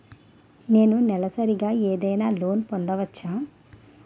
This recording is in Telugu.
నేను నెలసరిగా ఏదైనా లోన్ పొందవచ్చా?